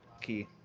Key